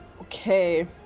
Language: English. Okay